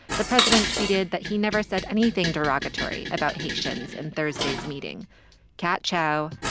the president tweeted that he never said anything derogatory about haitians in thursday's meeting kat chow,